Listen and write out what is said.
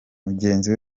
mugenzi